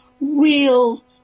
real